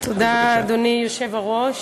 אדוני היושב-ראש,